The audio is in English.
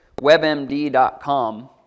webmd.com